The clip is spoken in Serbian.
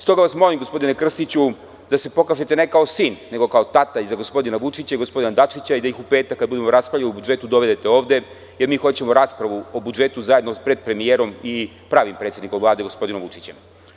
Stoga vas molim, gospodine Krstiću, da se pokažete ne kao sin, nego kao tata za gospodina Vučića i za gospodina Dačića i da ih u petak, kada budemo raspravljali o budžetu, dovedete ovde, jer mi hoćemo raspravu o budžetu zajedno pred premijerom i pravim predsednikom Vlade, gospodinom Vučićem.